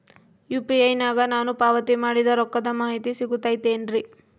UPI ನಾಗ ನಾನು ಪಾವತಿ ಮಾಡಿದ ರೊಕ್ಕದ ಮಾಹಿತಿ ಸಿಗುತೈತೇನ್ರಿ?